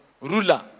ruler